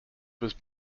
was